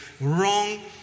Wrong